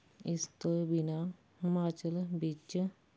ਇਸ ਤੋਂ ਬਿਨਾਂ ਹਿਮਾਚਲ ਵਿੱਚ